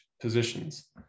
positions